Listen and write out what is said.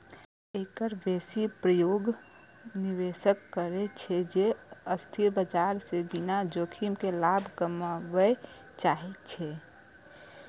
एकर बेसी प्रयोग ओ निवेशक करै छै, जे अस्थिर बाजार सं बिना जोखिम के लाभ कमबय चाहै छै